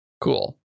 Cool